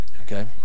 okay